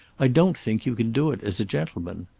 i don't think you can do it as a gentleman.